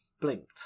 blinked